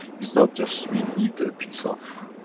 is not, just we eat a piece of.